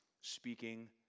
speaking